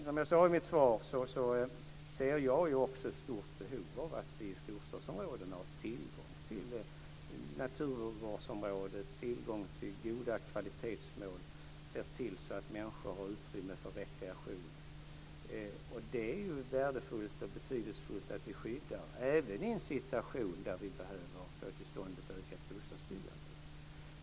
Som jag sade i mitt svar ser jag också ett stort behov av att vi i storstadsområdena har tillgång till naturvårdsområden, tillgång till goda kvalitetsmål, och att vi ser till att människor har utrymme för rekreation. Det är värdefullt och betydelsefullt att vi skyddar även i en situation där vi behöver få till stånd ett ökat bostadsbyggande.